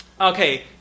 Okay